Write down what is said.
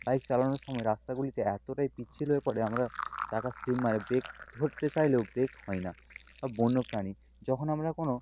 bike চালানোর সময় রাস্তাগুলিতে এতোটাই পিচ্ছিল হয়ে পড়ে আমরা চাকার স্লিপ মারে ব্রেক ধরতে চাইলেও ব্রেক হয় না বন্য প্রাণী যখন আমরা কোনও